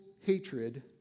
hatred